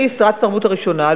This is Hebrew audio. אני שרת התרבות הראשונה,